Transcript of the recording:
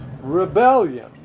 rebellion